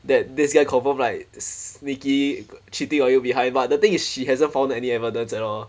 that this guy confirm like sneaky cheating on you behind but the thing is she hasn't found any evidence at all